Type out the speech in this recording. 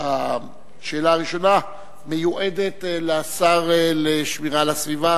השאלה הראשונה מיועדת לשר לשמירה על הסביבה,